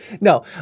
No